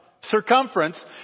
circumference